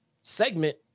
segment